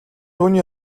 хүний